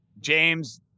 James